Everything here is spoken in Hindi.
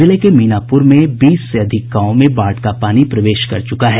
जिले के मीनापुर में बीस से अधिक गांवों में बाढ़ का पानी प्रवेश कर चुका है